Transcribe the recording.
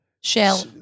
shell